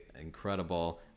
incredible